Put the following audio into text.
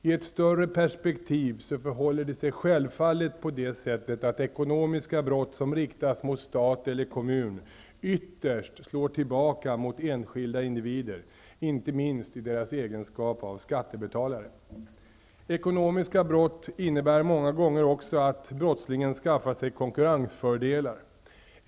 I ett större perspektiv förhåller det sig självfallet på det sättet att ekonomiska brott som riktas mot stat eller kommun ytterst slår tillbaka mot enskilda individer, inte minst i deras egenskap av skattebetalare. Ekonomiska brott innebär många gånger också att brottslingen skaffar sig konkurrensfördelar.